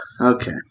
Okay